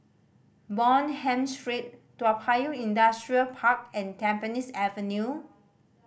Bonham Street Toa Payoh Industrial Park and Tampines Avenue